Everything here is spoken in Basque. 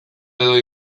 edo